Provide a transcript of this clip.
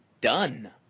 done